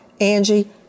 Angie